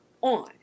on